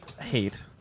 hate